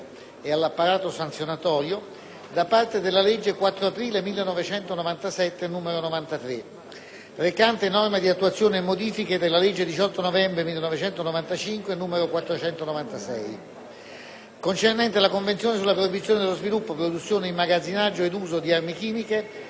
recante «Norme di attuazione e modifiche della legge 18 novembre 1995, n. 496, concernente la Convenzione sulla proibizione dello sviluppo, produzione, immagazzinaggio ed uso di armi chimiche e sulla loro distruzione, con annessi, adottata a Parigi il 13 gennaio 1993».